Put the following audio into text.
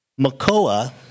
Makoa